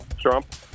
trump